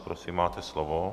Prosím, máte slovo.